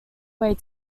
way